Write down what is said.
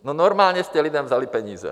No, normálně jste lidem vzali peníze.